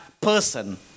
person